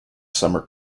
summer